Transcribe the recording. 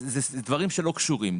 אלה דברים שלא קשורים.